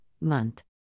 Month